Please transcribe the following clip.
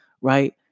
right